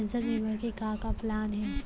Pension बीमा के का का प्लान हे?